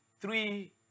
three